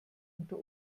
unter